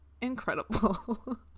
incredible